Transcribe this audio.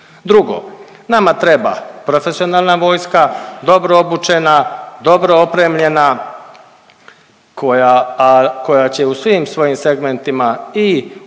Drugo, nama treba profesionalna vojska, dobro obučena, dobro opremljena koja, koja će u svim svojim segmentima i u